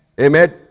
Amen